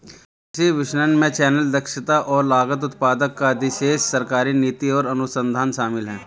कृषि विपणन में चैनल, दक्षता और लागत, उत्पादक का अधिशेष, सरकारी नीति और अनुसंधान शामिल हैं